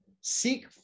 Seek